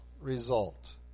result